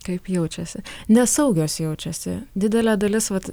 kaip jaučiasi nesaugios jaučiasi didelė dalis vat